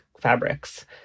fabrics